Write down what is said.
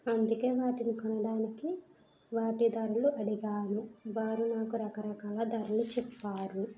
అందుకే వాటిని కొనడానికి వాటి ధరలు అడిగాను వారు నాకు రకరకాల ధరలు చెప్పారు